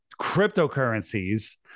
cryptocurrencies